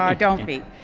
um don't be.